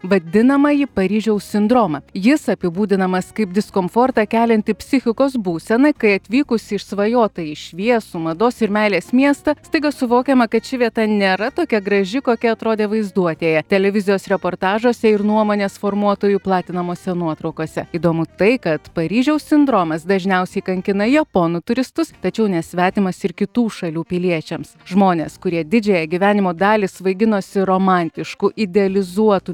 vadinamąjį paryžiaus sindromą jis apibūdinamas kaip diskomfortą kelianti psichikos būsena kai atvykusi į išsvajotąjį šviesų mados ir meilės miestą staiga suvokiama kad ši vieta nėra tokia graži kokia atrodė vaizduotėje televizijos reportažuose ir nuomonės formuotojų platinamose nuotraukose įdomu tai kad paryžiaus sindromas dažniausiai kankina japonų turistus tačiau nesvetimas ir kitų šalių piliečiams žmonės kurie didžiąją gyvenimo dalį svaiginosi romantišku idealizuotu